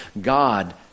God